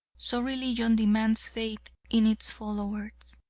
so religion demands faith in its followers.